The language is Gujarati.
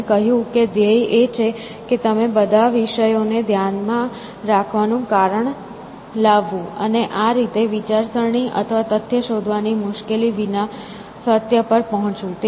તેમણે કહ્યું કે ધ્યેય એ છે કે તે બધા વિષયોને ધ્યાનમાં રાખવાનું કારણ લાવવું અને આ રીતે વિચારસરણી અથવા તથ્ય શોધવાની મુશ્કેલી વિના સત્ય પર પહોંચવું